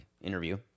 interview